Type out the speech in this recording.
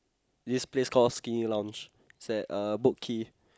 this place call Skinny-Lounge is at uh Boat-Quay